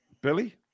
Billy